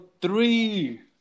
three